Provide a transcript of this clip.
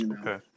Okay